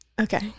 Okay